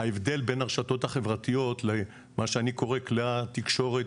ההבדל בין הרשתות החברתיות לבין מה שאני קורא כלי התקשורת